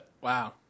wow